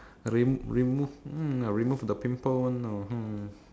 remove remove mm remove the pimple one the ha